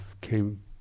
came